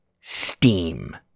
Steam